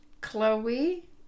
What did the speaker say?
Chloe